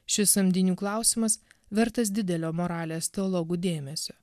šis samdinių klausimas vertas didelio moralės teologų dėmesio